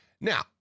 Now